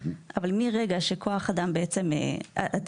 אבל מרגע שתגבור כוח אדם הופסק,